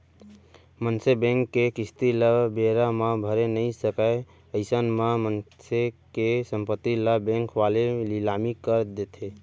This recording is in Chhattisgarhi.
मनसे बेंक के किस्ती ल बेरा म भरे नइ सकय अइसन म मनसे के संपत्ति ल बेंक वाले लिलामी कर देथे